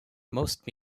most